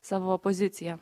savo poziciją